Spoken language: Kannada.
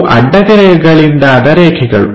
ಅವು ಅಡ್ಡಗೆರೆಗಳಿಂದಾದ ರೇಖೆಗಳು